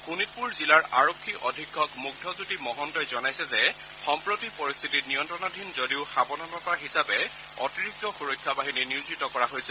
শোণিতপুৰ জিলাৰ আৰক্ষী অধীক্ষক মুগ্ধজ্যোতি মহন্তই জনাইছে যে সম্প্ৰতি পৰিশ্বিতি নিয়ন্ত্ৰণাধীন যদিও সাৱধানতা হিচাপে অতিৰিক্ত সুৰক্ষা বাহিনী নিয়োজিত কৰা হৈছে